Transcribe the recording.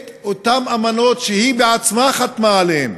את אותן אמנות שהיא בעצמה חתמה עליהן,